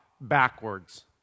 backwards